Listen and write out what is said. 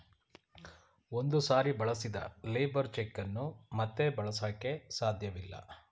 ಒಂದು ಸಾರಿ ಬಳಸಿದ ಲೇಬರ್ ಚೆಕ್ ಅನ್ನು ಮತ್ತೆ ಬಳಸಕೆ ಸಾಧ್ಯವಿಲ್ಲ